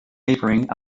neighbouring